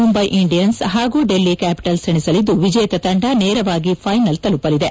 Mumbai Indians ಹಾಗೂ Delhi Capitals ಸೆಣಸಲಿದ್ದು ವಿಜೇತ ತಂಡ ನೇರವಾಗಿ ಥೈನಲ್ ತಲುಪಲಿದೆ